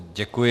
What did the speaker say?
Děkuji.